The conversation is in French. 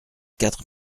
quatre